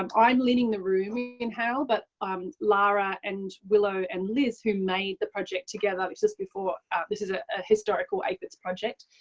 um i am leading the room in how but um lara and willow and liz who made the project together just before this is an ah ah historical aphids project.